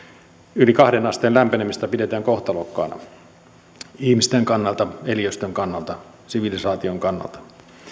yli kahteen asteen lämpenemistä pidetään kohtalokkaana ihmisten kannalta eliöstön kannalta sivilisaation kannalta